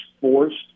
forced